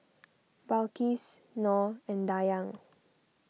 Balqis Nor and Dayang